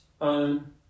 own